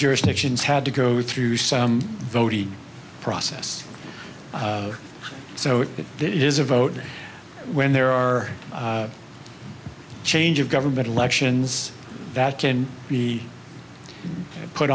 jurisdictions had to go through some voting process so that there is a vote when there are change of government elections that can be put